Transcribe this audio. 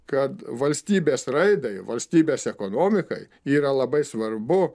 kad valstybės raidai valstybės ekonomikai yra labai svarbu